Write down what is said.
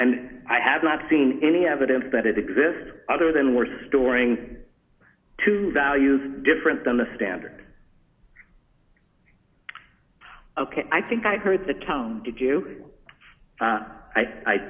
and i have not seen any evidence that it exists other than were storing two values different than the standard i think i heard the tone did you i i